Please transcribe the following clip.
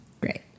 Great